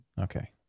okay